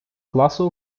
класу